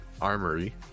armory